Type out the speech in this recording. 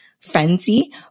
frenzy